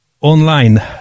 online